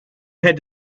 had